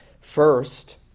First